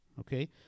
Okay